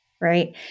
Right